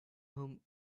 whom